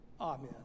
Amen